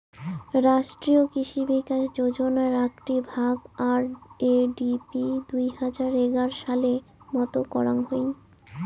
রাষ্ট্রীয় কৃষি বিকাশ যোজনার আকটি ভাগ, আর.এ.ডি.পি দুই হাজার এগার সালে মত করং হই